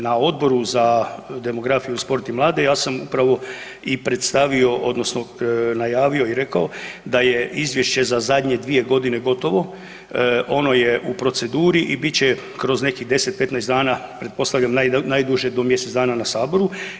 Na Odboru za demografiju, sport i mlade ja sam upravo i predstavi odnosno najavio i rekao da je izvješće za zadnje 2 godine gotovo, ono je u proceduri i bit će kroz nekih 10-15 dana pretpostavljam najduže do mjesec dana na saboru.